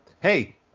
hey –